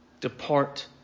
Depart